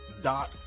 Dot